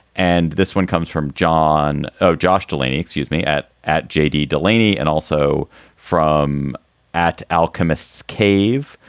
and this one comes from john ah josh delaney excuse me, at at j d. delaney and also from at alchemist's cave,